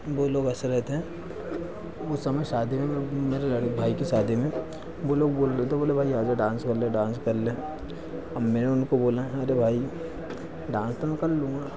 वो लोग हँस रहे थे उस समय शादी में भी वो लोग मेरे भाई के शादी में वो लोग बोल रहे थे बोले भाई आ जा डांस कर ले डांस कर ले अब मैंने उनको बोला अरे भाई डांस तो मैं कल लूँगा